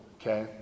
okay